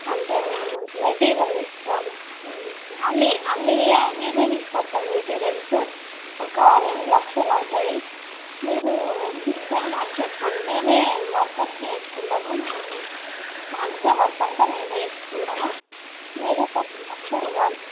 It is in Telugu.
అంటే మేము మెటీరియల్ తీసుకోవాలి అన్నీ అన్నీ మేమే తీసుకొస్తాం మెటీరియల్సు ఒక రెండు లక్షలు అవుతుంది మీరు ఎంత ఇస్తారు మరి చెప్పండి మేమే వర్కర్స్ని పెట్టుకుంటాము అంటే వర్క్ అంతా మేమే చేసుకుంటాము మీరు ఒక రెండు లక్షలు ఇవ్వాలి